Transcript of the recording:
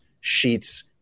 sheets